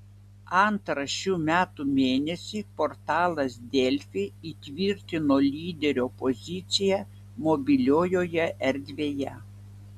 antrą šių metų mėnesį portalas delfi įtvirtino lyderio poziciją mobiliojoje erdvėje